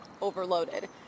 overloaded